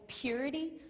purity